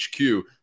HQ